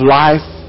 life